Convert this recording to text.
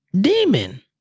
Demon